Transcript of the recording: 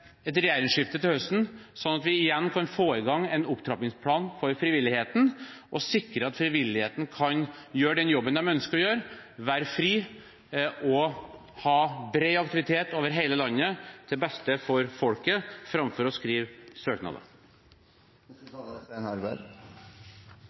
et regjeringsskifte til høsten, så vi igjen kan få i gang en opptrappingsplan for frivilligheten og sikre at frivilligheten kan gjøre den jobben den ønsker å gjøre, være fri og ha bred aktivitet over hele landet, til beste for folket, framfor å skrive søknader.